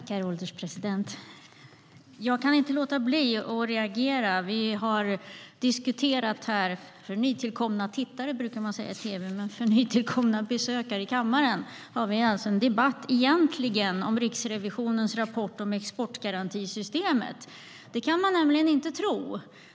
Herr ålderspresident! Jag kan inte låta bli att reagera. För nytillkomna besökare i kammaren kan jag meddela att vi egentligen har en debatt om Riksrevisionens rapport om exportgarantisystemet. Det kan man inte tro.